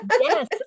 Yes